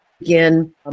Again